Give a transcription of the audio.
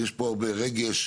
יש פה הרבה רגש,